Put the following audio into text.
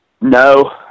No